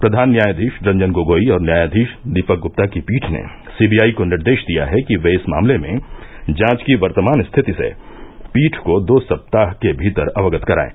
प्रधान न्यायाधीश रंजन गोगोई और न्यायाधीश दीपक ग्रप्ता की पीठ ने सीबीआई को निर्देश दिया है कि वे इस मामले में जांच की वर्तमान स्थिति से पीठ को दो सप्ताह के भीतर अवगत कराएं